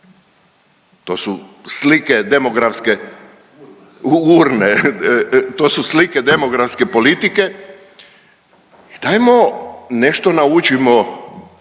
to su slike demografske urne, to su slike demografske politike i dajmo nešto naučimo,